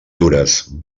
dures